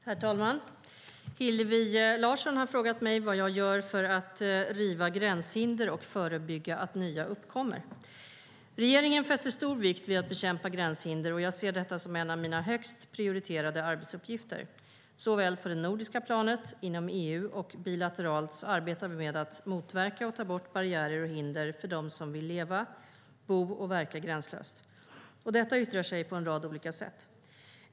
Herr talman! Hillevi Larsson har frågat mig vad jag gör för att riva gränshinder och förebygga att nya uppkommer. Regeringen fäster stor vikt vid att bekämpa gränshinder, och jag ser detta som en av mina högst prioriterade arbetsuppgifter. Såväl på det nordiska planet, inom EU och bilateralt arbetar vi med att motverka och ta bort barriärer och hinder för dem som vill leva, bo och verka gränslöst. Detta yttrar sig på en rad olika sätt.